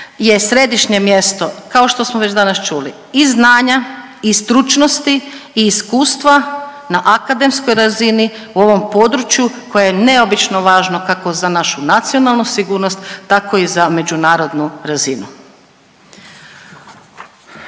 je središnje mjesto, kao što smo već danas čuli, i znanja i stručnosti i iskustva na akademskoj razini u ovom području koje je neobično važno kako za našu nacionalnu sigurnost tako i za međunarodnu razinu.